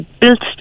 built